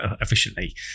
efficiently